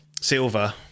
Silver